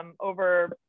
over